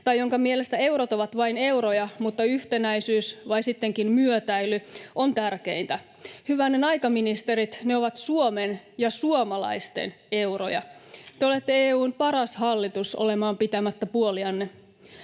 tai jonka mielestä eurot ovat vain euroja, mutta yhtenäisyys — vai sittenkin myötäily — on tärkeintä. Hyvänen aika, ministerit, ne ovat Suomen ja suomalaisten euroja. Te olette EU:n paras hallitus olemaan pitämättä puolianne.